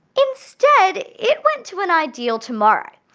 instead it went to an ideal tomorrow.